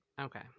okay